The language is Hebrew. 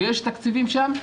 ויש תקציבים שם,